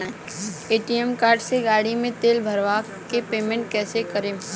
ATM card से गाड़ी मे तेल भरवा के पेमेंट कैसे करेम?